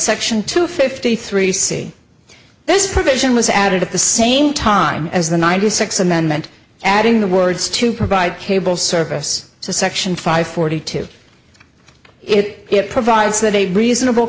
section two fifty three see this provision was added at the same time as the ninety six amendment adding the words to provide cable service to section five forty two it provides that a reasonable